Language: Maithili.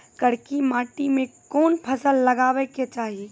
करकी माटी मे कोन फ़सल लगाबै के चाही?